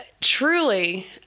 truly